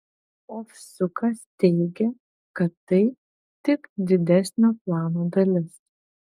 ovsiukas teigia kad tai tik didesnio plano dalis